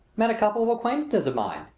met a couple of acquaintances of mine.